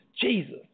Jesus